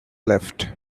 left